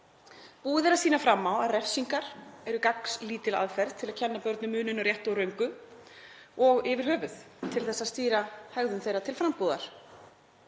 Búið er að sýna fram á að refsingar eru gagnslítil aðferð til að kenna börnum muninn á réttu og röngu og yfir höfuð til að stýra hegðun þeirra til frambúðar.